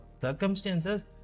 circumstances